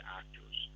actors